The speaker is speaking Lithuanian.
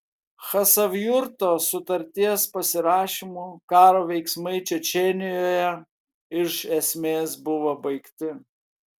chasavjurto sutarties pasirašymu karo veiksmai čečėnijoje iš esmės buvo baigti